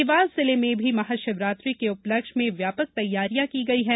देवास जिले में भी महाशिवरात्रि की उपलक्ष्य में व्यापक तैयारियां की गई हैं